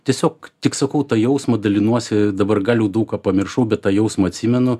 tiesiog tik sakau to jausmo dalinuosi dabar galiu daug ką pamiršau bet tą jausmą atsimenu